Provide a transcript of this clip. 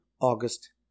August